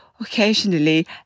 occasionally